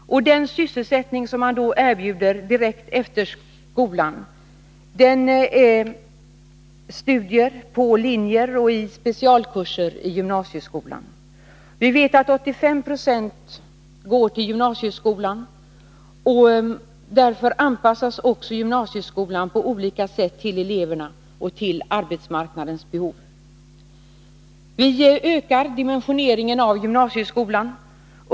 Den sysselsättning som man erbjuder dem direkt efter skolan är studier på olika linjer och i specialkurser i gymnasieskolan. Vi vet att 85 26 av eleverna går till gymnasieskolan, och därför anpassas också gymnasieskolan på olika sätt till eleverna och till arbetsmarknadens behov. Vi ökar också dimensioneringen av gymnasieskolan.